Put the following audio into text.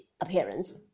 appearance